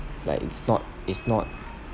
like it's not it's not